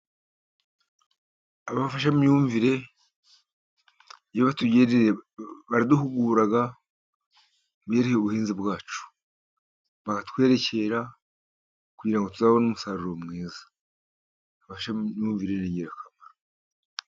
Abafashamyumvire iyo batugendereye baraduhugura ibyerekeye ubuhinzi bwacu, baratwerekera kugira ngo tuzabone umusaruro mwiza. Abafashamyumvire ni ingirakamaro.